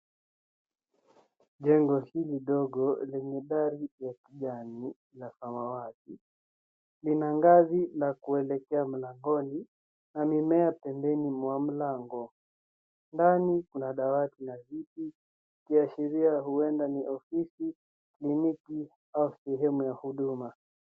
Jengo hili dogo lenye dari la kijani na samawati , lina ngazi la kuelekea mlangoni na mimea pembeni mwa mlango. Ndani kuna dawati na viti ikiashiria huenda ni ofisi , kliniki au sehemu ya huduma.